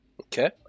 Okay